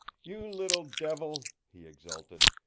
you little devil! he exulted.